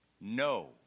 No